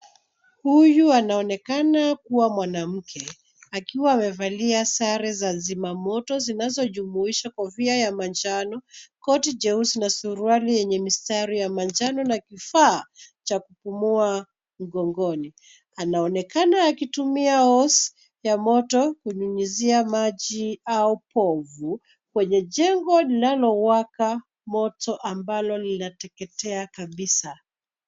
Huyu anaonekana kuwa mwanamke, akiwa amevalia sare za zimamoto zinazojumuisha kofia ya manjano, koti jeusi na suruali yenye mistari ya manjano na vifaa cha kupumua mgongoni. Anaonekana akitumia horse ya moto kunyunyizia maji au povu kwenye jengo linalowaka moto ambalo linateketea kabisa.